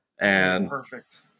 Perfect